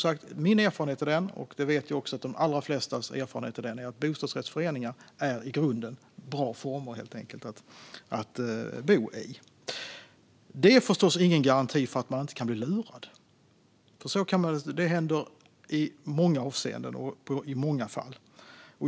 Min erfarenhet - och jag vet att detta också är de allra flestas erfarenhet - är att bostadsrättsföreningar i grunden är bra former att bo i. Detta är förstås ingen garanti för att man inte kan bli lurad, för det händer i många avseenden och i många fall.